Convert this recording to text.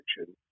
action